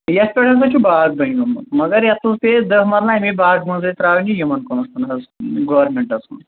یتھ پٮ۪ٹھ ہسا چھُ باغ بَنیومُت مگر یتھ کُن دہ مَرلہٕ امے باغہ منزٕے تراوٕنۍ یمن کُنتن حظ گورمینٹس کُن